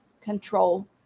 control